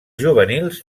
juvenils